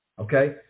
Okay